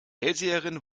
hellseherin